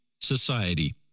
society